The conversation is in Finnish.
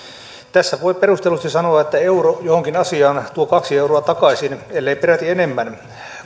tässä voi perustellusti sanoa että euro johonkin asiaan tuo kaksi euroa takaisin ellei peräti enemmän